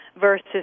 versus